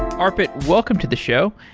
arpit, welcome to the show.